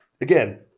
again